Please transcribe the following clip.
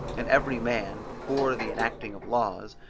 and every man, before the enacting of laws,